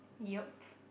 yup